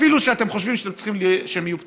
אפילו שאתם חושבים שהם יהיו פתוחים,